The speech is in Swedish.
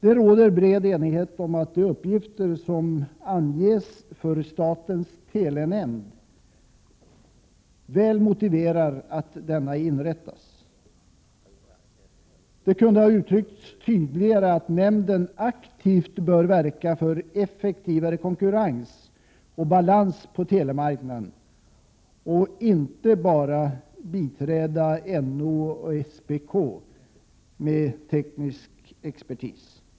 Det råder bred enighet om att de uppgifter som anges för statens telenämnd motiverar att den inrättas. Det kunde ha uttryckts tydligare att nämnden aktivt bör verka för effektivare konkurrens och balans på telemarknaden och inte bara ”biträda NO och SPK med teknisk expertis”.